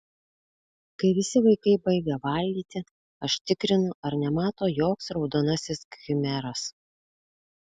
kai visi vaikai baigia valgyti aš tikrinu ar nemato joks raudonasis khmeras